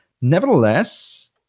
nevertheless